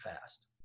fast